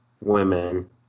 women